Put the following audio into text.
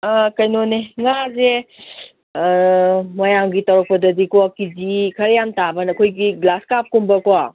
ꯀꯩꯅꯣꯅꯤ ꯉꯥꯁꯦ ꯃꯌꯥꯝꯒꯤ ꯇꯧꯔꯛꯄꯗꯗꯤꯀꯣ ꯀꯦ ꯖꯤ ꯈꯔ ꯌꯥꯝ ꯇꯥꯕ ꯑꯩꯈꯣꯏꯒꯤ ꯒ꯭ꯂꯥꯁꯀꯥꯞꯀꯨꯝꯕꯀꯣ